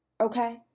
okay